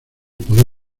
poder